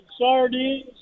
sardines